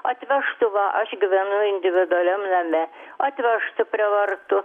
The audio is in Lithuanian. atvežtų va aš gyvenu individualiam name atvežtų prie vartų